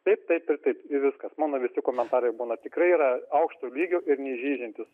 taip taip ir taip ir viskas mano visi komentarai būna tikrai yra aukšto lygio ir neįžeidžiantys